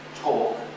talk